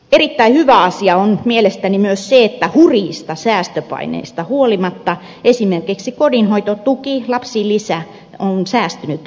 erittäin hyvä asia on mielestäni myös se että hurjista säästöpaineista huolimatta esimerkiksi kotihoidon tuki ja lapsilisä ovat säästyneet leikkureilta